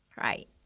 right